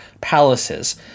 palaces